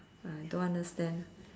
I don't understand